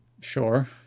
Sure